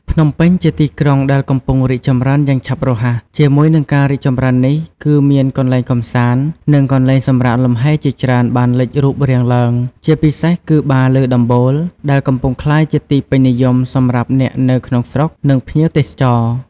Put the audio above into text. ភ្នំពេញជាទីក្រុងដែលកំពុងរីកចម្រើនយ៉ាងឆាប់រហ័ស ជាមួយនឹងការរីកចម្រើននេះ គឺមានកន្លែងកម្សាន្ត និងកន្លែងសម្រាកលំហែជាច្រើនបានលេចរូបរាងឡើង ជាពិសេសគឺបារលើដំបូល ដែលកំពុងក្លាយជាទីពេញនិយមសម្រាប់អ្នកនៅក្នុងស្រុក និងភ្ញៀវទេសចរ។